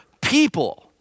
people